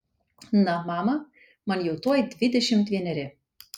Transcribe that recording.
na mama man jau tuoj dvidešimt vieneri